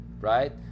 right